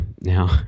Now